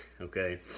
okay